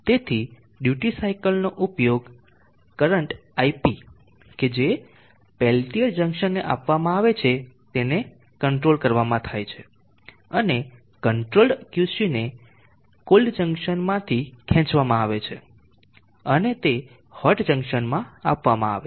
તેથી duty cycle નો ઉપયોગ કરંટ ip કે જે પેલ્ટીઅર જંકશનને આપવામાં આવે છેતેને કંટ્રોલ કરવામાં થાય છે અને કંટ્રોલ્ડ QC ને કોલ્ડ જંકશન માંથી ખેંચવામાં આવે છે અને તે હોટ જંકશનમાં આપવામાં આવે છે